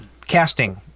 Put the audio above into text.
Casting